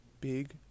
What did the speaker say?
big